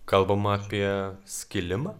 kalbama apie skilimą